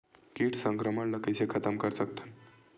कीट संक्रमण ला कइसे खतम कर सकथन?